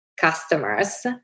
customers